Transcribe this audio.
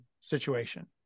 situation